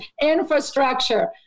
infrastructure